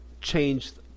changed